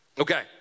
Okay